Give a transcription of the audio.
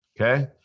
okay